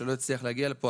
שלא הצליח להגיע לפה,